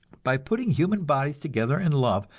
by putting human bodies together in love,